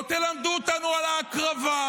לא תלמדו אותנו על הקרבה,